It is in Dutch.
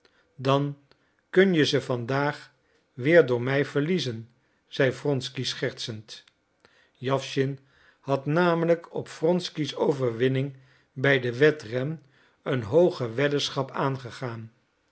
dan kun je ze vandaag weer door mij verliezen zei wronsky schertsend jawschin had namelijk op wronsky's overwinning bij den wedren een hooge weddenschap aangegaan